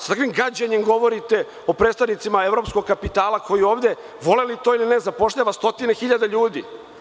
Sa takvim gađenjem govorite o predstavnicima evropskog kapitala, koji ovde, voleli to ili ne, zapošljavaju stotine hiljada ljudi.